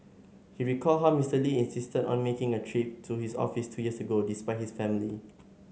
he recalled how Mister Lee insisted on making a trip to his office two years ago despite his family